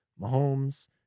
Mahomes